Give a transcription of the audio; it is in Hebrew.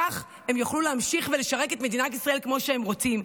כך הם יוכלו להמשיך ולשרת את מדינת ישראל כמו שהם רוצים.